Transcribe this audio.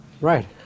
Right